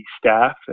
staff